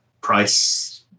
price